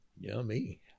yummy